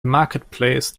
marketplace